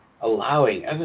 Allowing